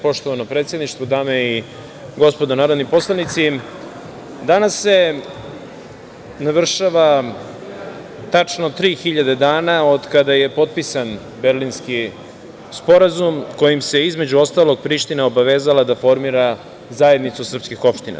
Poštovano predsedništvo, dame i gospodo narodni poslanici, danas se navršava tačno tri hiljade dana od kada je potpisan Berlinski sporazum kojim se, između ostalog, Priština obavezala da formira Zajednicu srpskih opština.